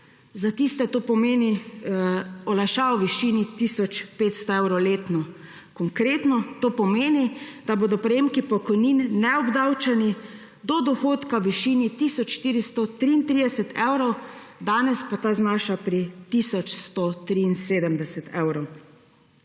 za tiste to pomeni olajšav v višini tisoč 500 evrov letno. Konkretno to pomeni, da bodo prejemki pokojnine neobdavčeni do dohodka v višini tisoč 433 evrov, danes pa ta znaša pri tisoč 173 evrov.